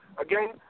Again